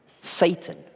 Satan